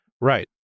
Right